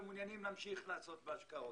שהם מעוניינים להמשיך לעסוק בהשקעות.